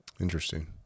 Interesting